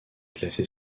classée